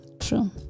true